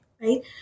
right